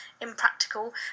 impractical